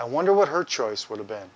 i wonder what her choice would have been